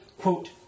quote